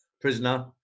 prisoner